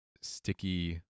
sticky